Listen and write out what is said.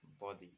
body